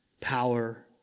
power